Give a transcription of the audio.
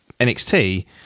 NXT